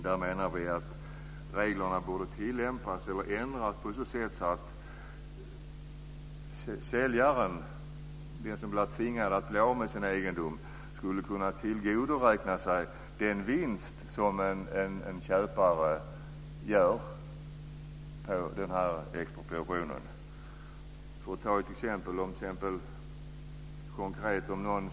Vi menar att reglerna borde ändras så att den som tvingas avstå från sin egendom skulle få tillgodoräkna sig del av den vinst som köparen gör på expropriationen. Låt mig ge ett konkret exempel.